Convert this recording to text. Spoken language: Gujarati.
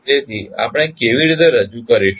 તેથી આપણે કેવી રીતે રજૂ કરીશું